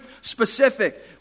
specific